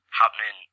happening